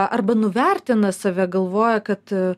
arba nuvertina save galvoja kad